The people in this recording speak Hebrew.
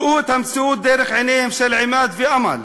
ראו את המציאות דרך עיניהם של עימאד ואמל,